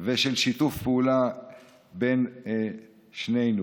ושל שיתוף פעולה בין שנינו.